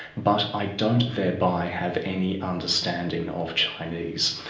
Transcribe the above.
but i don't thereby have any understanding of chinese,